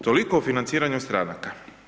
Toliko o financiranju stranaka.